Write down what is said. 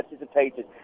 anticipated